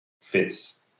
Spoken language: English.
fits